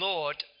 Lord